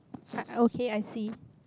okay I see